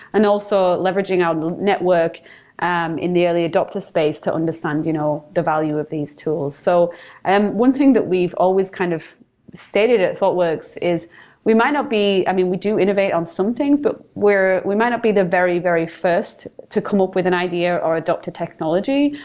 and also, leveraging our network um in the early adapter space to understand you know the value of these tools. so and one thing that we've always kind of stated at thoughtworks is we might not we do innovate on something but where we might not be the very, very first to come up with an idea or adapt a technology,